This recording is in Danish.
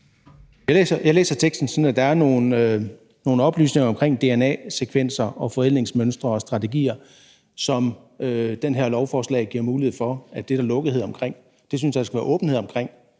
Jeg læser teksten sådan, at der er nogle oplysninger omkring dna-sekvenser og forædlingsmønstre og -strategier, som det her lovforslag giver mulighed for der er lukkethed omkring. Det synes jeg der skal være åbenhed omkring.